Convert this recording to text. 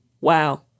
Wow